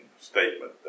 statement